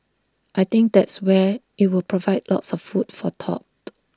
I think that's where IT will provide lots of food for thought